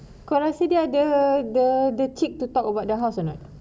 kau rasa dia ada the the the cheek to talk about the house or not